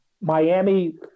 Miami